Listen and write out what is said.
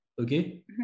okay